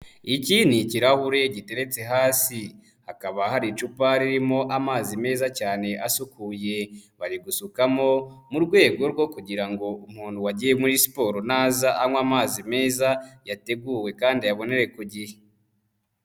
Iki ni ikirahure giteretse hasi hakaba hari icupa ririmo amazi meza cyane asukuye, bari gusukamo mu rwego rwo kugira ngo umuntu wagiye muri siporo naza anywe amazi meza, yateguwe kandi ayabonere ku gihe.